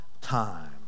time